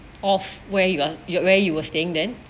of where you are you were you were staying then